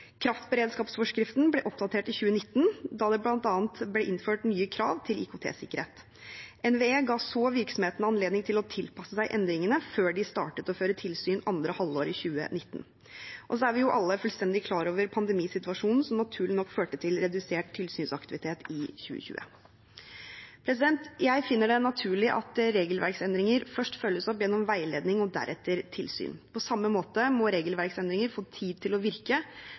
Kraftberedskapsforskriften ble oppdatert i 2019 da det bl.a. ble innført nye krav til IKT-sikkerhet. NVE ga så virksomhetene anledning til å tilpasse seg endringene før de startet med å føre tilsyn andre halvår i 2019. Så er vi jo alle fullstendig klar over pandemisituasjonen, som naturlig nok førte til redusert tilsynsaktivitet i 2020. Jeg finner det naturlig at regelverksendringer først følges opp gjennom veiledning, og deretter tilsyn. På samme måte må regelverksendringer få tid til å virke